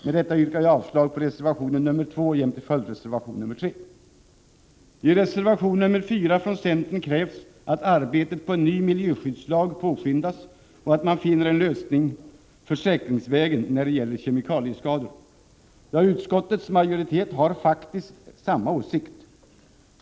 Med detta yrkar jag avslag på reservation nr 2 jämte följdreservation nr 3. I reservation nr 4 från centern krävs att arbetet på en ny miljöskyddslag påskyndas och att man finner en lösning försäkringsvägen när det gäller kemikalieskador. Ja, utskottets majoritet har faktiskt samma åsikt.